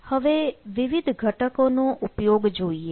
હવે વિવિધ ઘટકોનો ઉપયોગ જોઈએ